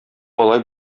алай